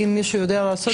אם מישהו יודע לעשות את זה.